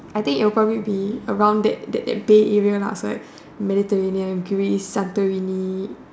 I think it will probably be around that that that Bay area Mediterranean Greece Santorini